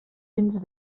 gens